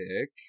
pick